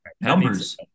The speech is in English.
Numbers